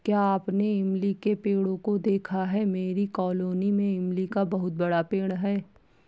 क्या आपने इमली के पेड़ों को देखा है मेरी कॉलोनी में इमली का बहुत बड़ा पेड़ है